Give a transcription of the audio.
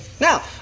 Now